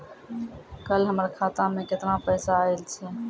कल हमर खाता मैं केतना पैसा आइल छै?